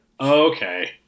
Okay